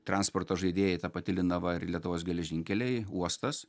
transporto žaidėjai ta pati linava ir lietuvos geležinkeliai uostas